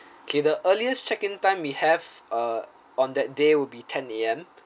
okay the earliest check in time we have uh on that day will be ten A_M